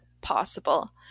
possible